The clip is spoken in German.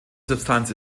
substanz